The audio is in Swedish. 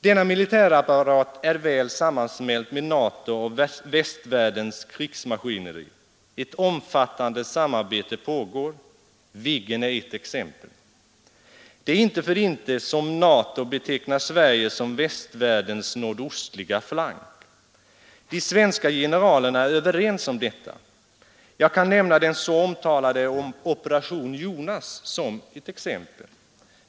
Denna militärapparat är väl sammansmält med NATO och västvärldens krigsmaskineri. Ett omfattande samarbete pågår. Viggen är ett exempel. Det är inte för intet som NATO betecknar Sverige som västvärldens nordostliga flank. De svenska generalerna är överens om detta. Jag kan som exempel nämna den så omtalade ”Operation Jonas”.